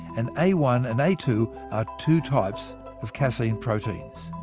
and a one and a two are two types of casein proteins.